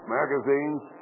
magazines